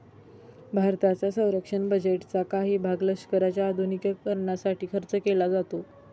भारताच्या संरक्षण बजेटचा काही भाग लष्कराच्या आधुनिकीकरणासाठी खर्च केला जातो